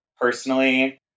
personally